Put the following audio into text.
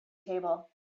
table